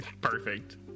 Perfect